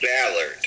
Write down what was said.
Ballard